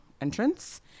entrance